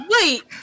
Wait